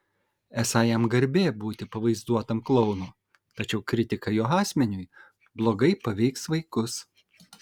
esą jam garbė būti pavaizduotam klounu tačiau kritika jo asmeniui blogai paveiks vaikus